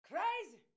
Crazy